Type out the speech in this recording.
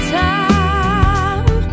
time